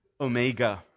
Omega